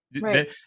Right